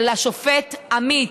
של השופט עמית,